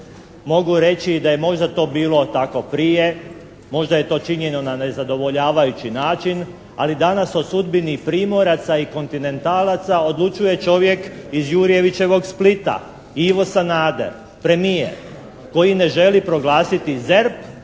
mogu reći da je to možda bilo tako prije, možda je to činjeno na nezadovoljavajući način, ali danas o sudbini primoraca i kontinentalaca odlučuje čovjek iz Jurjevićevog Splita, Ivo Sanader, premijer koji ne želi proglasiti ZERP,